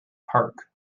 park